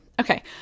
Okay